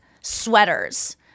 sweaters